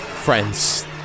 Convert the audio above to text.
Friends